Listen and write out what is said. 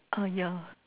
uh yeah